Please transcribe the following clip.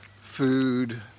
food